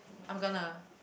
I'm gonna